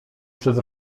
przez